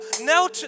No